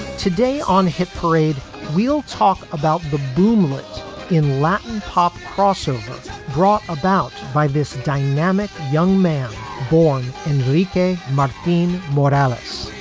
today on hit parade, we'll talk about the boomlet in latin pop crossover brought about by this dynamic young man born enrique martine more alex.